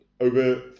Over